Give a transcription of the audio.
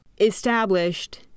Established